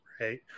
right